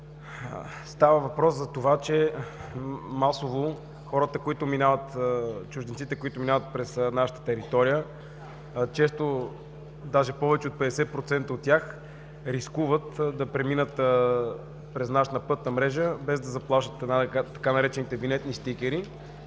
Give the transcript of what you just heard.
Става въпрос за това, че масово хората и чужденците, които минават през нашата територия, често, даже повече от 50% от тях рискуват да преминат през нашата пътна мрежа без да заплащат така наречените „винетни стикери“.